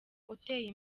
uteye